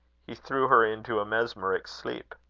he threw her into a mesmeric sleep.